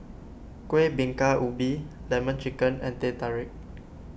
Kueh Bingka Ubi Lemon Chicken and Teh Tarik